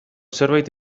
zerbait